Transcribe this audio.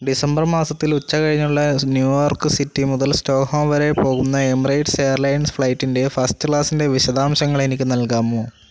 December മാസത്തിൽ ഉച്ചകഴിഞ്ഞുള്ള New York city മുതൽ സ്റ്റോക്ക്ഹോം വരെ പോകുന്ന എമിറേറ്റ്സ് എയർലൈൻസ് ഫ്ലൈറ്റിൻ്റെ ഫസ്റ്റ് ക്ലാസിൻ്റെ വിശദാംശങ്ങൾ എനിക്ക് നൽകാമോ